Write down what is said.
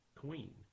Queen